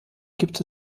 gibt